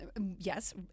Yes